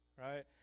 right